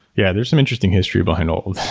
yeah, there's some interesting history behind all these.